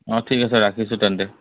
অঁ ঠিক আছে ৰাখিছোঁ তেন্তে